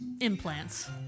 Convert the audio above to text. implants